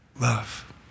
love